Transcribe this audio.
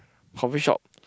coffee shop